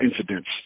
incidents